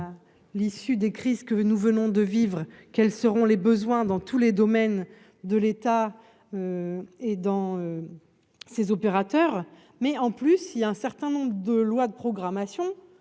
l'issue des crises que nous venons de vivre, quels seront les besoins dans tous les domaines de l'État, et dans ces opérateurs, mais en plus il y a un certain nombre de lois de programmation